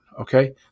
Okay